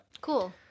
cool